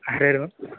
ആരായിരുന്നു